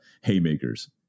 Haymakers